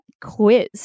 Quiz